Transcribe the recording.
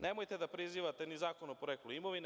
Nemojte da prizivate ni zakon o poreklu imovine.